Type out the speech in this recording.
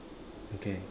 okay